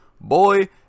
Boy